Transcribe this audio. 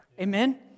Amen